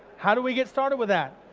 how do we get started with that?